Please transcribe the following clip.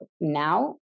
now